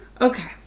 Okay